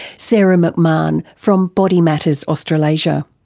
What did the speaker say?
sarah mcmahon from body matters australasia.